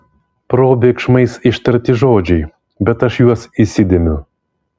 probėgšmais ištarti žodžiai bet aš juos įsidėmiu